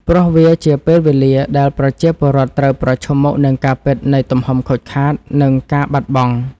ព្រោះវាជាពេលវេលាដែលប្រជាពលរដ្ឋត្រូវប្រឈមមុខនឹងការពិតនៃទំហំខូចខាត និងការបាត់បង់។